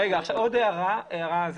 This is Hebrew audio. עוד הערה.